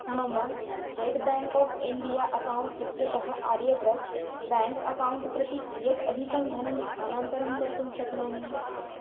मम state bank of India account इत्यतः Aryavart bank account प्रति कियत् अधिकं धनं स्थानान्तरं कर्तुं शक्नोमि